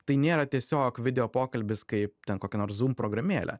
tai nėra tiesiog video pokalbis kaip ten kokia nors žūm programėlė